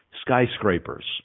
skyscrapers